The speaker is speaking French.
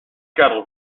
cadre